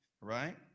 Right